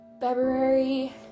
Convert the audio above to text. February